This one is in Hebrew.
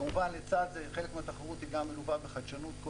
כמובן לצד זה חלק מהתחרות גם מלווה בחדשנות,